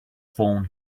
phone